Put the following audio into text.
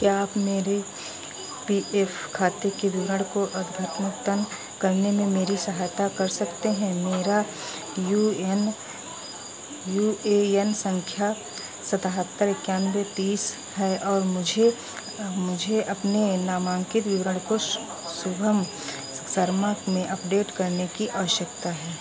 क्या आप मेरे पी एफ़ खाते के विवरण को अद्यतन करने में मेरी सहायता कर सकते हैं मेरा U N U A N संख्या सतहत्तर इक्यानवे तीस है और मुझे मुझे अपने नामान्कित विवरण को शुभम शर्मा में अपडेट करने की आवश्यकता है